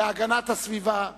להגנת הסביבה,